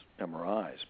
MRIs